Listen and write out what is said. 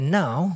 now